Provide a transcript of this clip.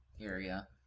area